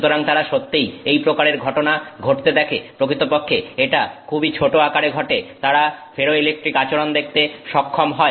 সুতরাং তারা সত্যিই এই প্রকারের ঘটনা ঘটতে দেখে প্রকৃতপক্ষে এটা খুবই ছোট আকারে ঘটে তারা ফেরোইলেকট্রিক আচরণ দেখতে সক্ষম হয়